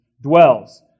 dwells